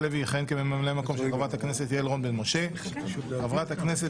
מטעם סיעת כחול לבן איתן